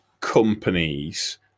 companies